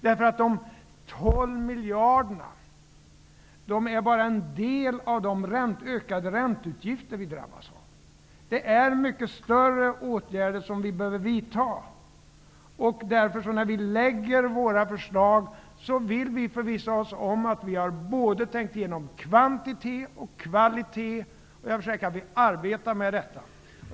De 12 miljarderna motsvarar bara en del av de ökade ränteutgifter som staten drabbas av. Mycket större åtgärder behöver vidtas. När vi lägger fram våra förslag vill vi därför förvissa oss om att vi har tänkt igenom både kvantitet och kvalitet, och jag försäkrar att vi arbetar med detta.